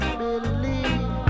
believe